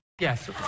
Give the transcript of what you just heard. Yes